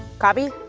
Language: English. copy.